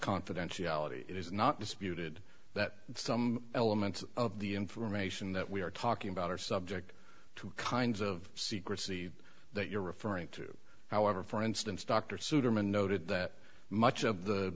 confidentiality is not disputed that some elements of the information that we are talking about are subject to kinds of secrecy that you're referring to however for instance dr superman noted that much of the